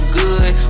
good